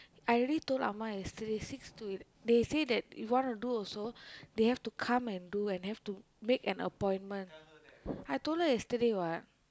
I already told அம்மா:ammaa yesterday six to they say that if wanna do also they have to come and do and have to make an appointment I told her yesterday what